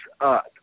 up